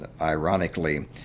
ironically